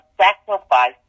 sacrifice